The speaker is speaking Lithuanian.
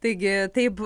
taigi taip